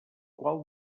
qual